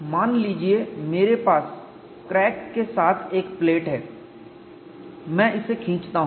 मान लीजिए मेरे पास क्रैक के साथ एक प्लेट है मैं इसे खींचता हूं